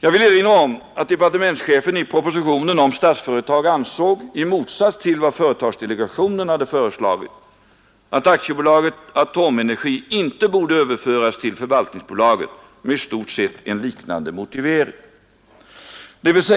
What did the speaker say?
Jag vill erinra om att departementchefen i propositionen om Statsföretag ansåg i motsats till vad företagsdelegationen hade föreslagit att AB Atomenergi inte borde överföras till förvaltningsbolaget med i stort sett liknande motivering, dvs.